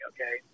Okay